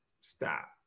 Stop